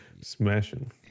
Smashing